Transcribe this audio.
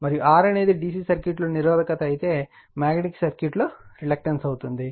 మరియు R అనేది DC సర్క్యూట్లో నిరోధకత అయితే మాగ్నెటిక్ సర్క్యూట్లో రిలక్టెన్స్ అవుతుంది